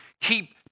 keep